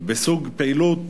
בסוג פעילות